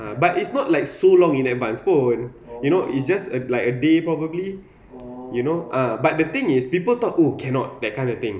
but it's not like so long in advance pun you know it's just like a day probably you know ah but the thing is people thought oh cannot that kind of thing